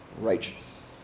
righteous